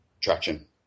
traction